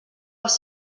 els